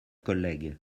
collègue